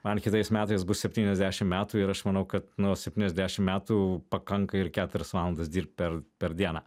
man kitais metais bus septyniasdešim metų ir aš manau kad nu septyniasdešim metų pakanka ir keturias valandas dirbt per per dieną